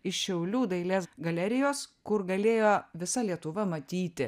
iš šiaulių dailės galerijos kur galėjo visa lietuva matyti